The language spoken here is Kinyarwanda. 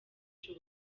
joe